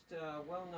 well-known